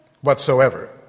whatsoever